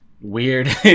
Weird